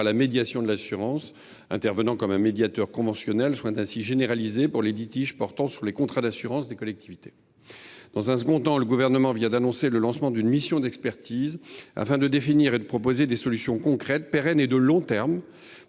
la médiation de l’assurance, intervenant comme un médiateur conventionnel, doit ainsi être généralisé pour les litiges portant sur les contrats d’assurance des collectivités. En outre, le Gouvernement vient d’annoncer le lancement d’une mission d’expertise afin de définir et de proposer des solutions concrètes et pérennes pour faciliter